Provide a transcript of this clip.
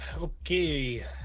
Okay